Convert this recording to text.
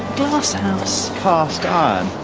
glasshouse! cast iron!